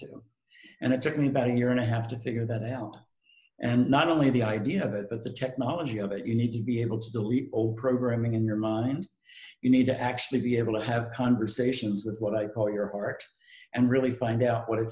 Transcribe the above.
research and it took me about a year and i have to figure that out and not only the idea that the technology of it you need to be able to delete old programming in your mind you need to actually be able to have conversations with what i call your art and really find out what